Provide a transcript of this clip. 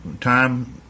time